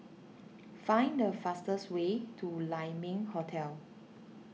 find the fastest way to Lai Ming Hotel